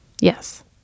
Yes